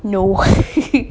no